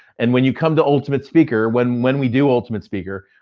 and when you come to ultimate speaker, when when we do ultimate speaker,